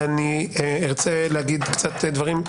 ארצה להגיד כמה דברים.